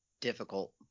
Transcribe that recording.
Difficult